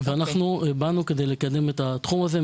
באנו כדי לקדם את התחום הזה,